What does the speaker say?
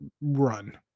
run